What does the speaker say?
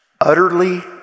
utterly